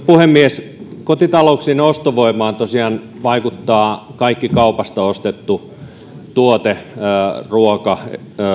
puhemies kotitalouksien ostovoimaan tosiaan vaikuttaa kaikki kaupasta ostettu tuote ruoka